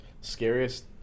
Scariest